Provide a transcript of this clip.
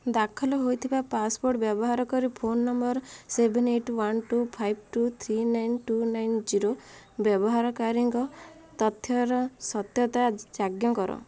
ଦାଖଲ ହୋଇଥିବା ପାସ୍ପୋର୍ଟ୍ ବ୍ୟବହାର କରି phone number seven eight one two five two three nine two nine zero ବ୍ୟବହାରକାରୀଙ୍କ ତଥ୍ୟର ସତ୍ୟତା ଯାଞ୍ଚ କର